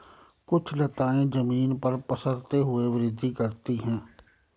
कुछ लताएं जमीन पर पसरते हुए वृद्धि करती हैं